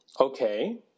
Okay